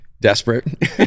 Desperate